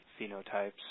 phenotypes